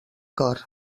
cor